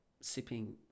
sipping